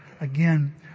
again